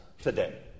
today